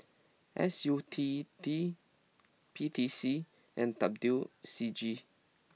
S U T D P T C and W C G